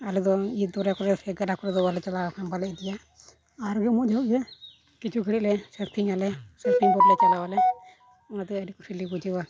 ᱟᱞᱮ ᱫᱚ ᱤᱭᱟᱹ ᱫᱚᱨᱭᱟ ᱠᱚᱨᱮ ᱥᱮ ᱜᱟᱰᱟ ᱠᱚᱨᱮ ᱫᱚ ᱵᱟᱞᱮ ᱪᱟᱞᱟᱣ ᱟᱠᱟᱱᱟ ᱵᱟᱞᱮ ᱤᱫᱤᱭᱟ ᱟᱨ ᱩᱢᱩᱜ ᱡᱚᱦᱚᱜ ᱜᱮ ᱠᱤᱪᱷᱩ ᱜᱷᱟᱲᱤᱡ ᱞᱮ ᱟᱞᱮ ᱠᱚᱞᱮ ᱪᱟᱞᱟᱣᱟᱞᱮ ᱚᱱᱟᱛᱮ ᱟᱹᱰᱤ ᱠᱩᱥᱤᱞᱮ ᱵᱩᱡᱷᱟᱹᱣᱟ